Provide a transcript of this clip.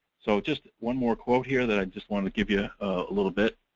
so just one more quote here that i just wanted to give you a little bit.